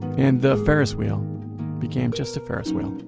and the ferris wheel became just a ferris wheel,